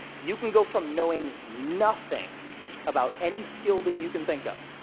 you can go from knowing nothing about any skill that you can think of.